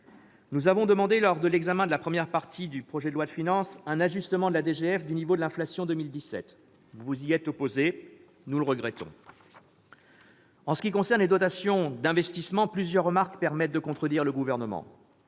Nous avons demandé lors de l'examen de la première partie du projet de loi de finances un ajustement de DGF du niveau de l'inflation pour 2017. Vous vous y êtes opposé, ce que nous regrettons. En ce qui concerne les dotations d'investissement, plusieurs remarques permettent de contredire le Gouvernement.